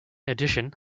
addition